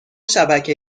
شبکه